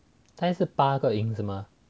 他也是八个音子吗